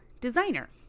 designer